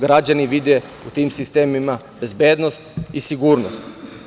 Građani vide u tim sistemima bezbednost i sigurnost.